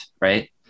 right